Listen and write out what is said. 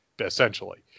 essentially